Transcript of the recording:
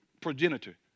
progenitor